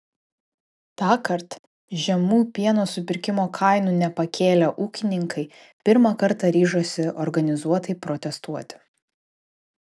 tąkart žemų pieno supirkimo kainų nepakėlę ūkininkai pirmą kartą ryžosi organizuotai protestuoti